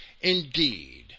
Indeed